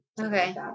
Okay